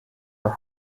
are